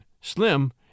slim